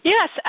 Yes